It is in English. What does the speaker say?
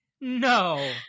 No